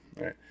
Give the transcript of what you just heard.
right